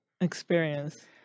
experience